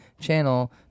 channel